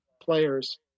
players